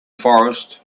forest